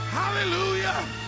hallelujah